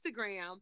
instagram